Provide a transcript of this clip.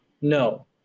no